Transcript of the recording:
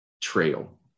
trail